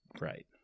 Right